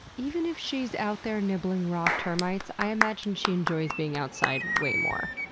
even if she's out there nibbling raw termites, i imagine she enjoys being outside way more.